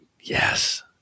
Yes